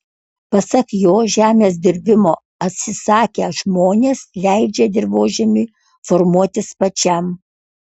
pasak jo žemės dirbimo atsisakę žmonės leidžia dirvožemiui formuotis pačiam